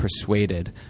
persuaded